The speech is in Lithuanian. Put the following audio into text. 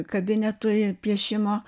kabinetui piešimo